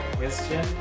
question